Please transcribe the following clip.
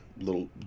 little